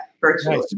virtually